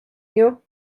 you